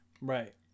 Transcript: Right